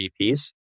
GPs